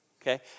okay